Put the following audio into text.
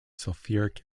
sulfuric